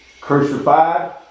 crucified